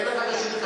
אין לך רשות.